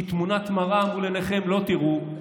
כי תמונת מראה מול עיניכם לא תראו,